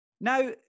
Now